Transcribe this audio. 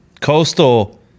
Coastal